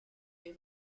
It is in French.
les